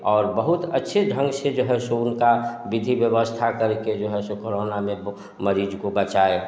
और बहुत अच्छे ढंग से जो है सो उनका विधि व्यवस्था करके जो है सो कोरोना में मरीज को बचाएँ